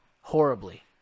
horribly